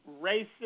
racist